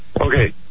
Okay